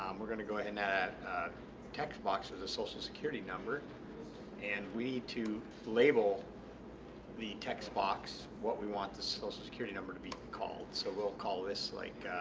um we're going to go ahead and add a text box for the social security number and we to label the text box what we want the social security number to be called. so we'll call this like